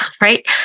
right